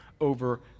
over